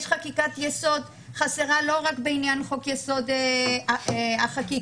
יש חקיקת יסוד חסרה לא רק בעניין חוק-יסוד: החקיקה.